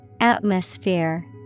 Atmosphere